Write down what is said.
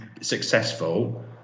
successful